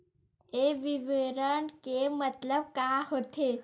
ये विवरण के मतलब का होथे?